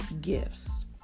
gifts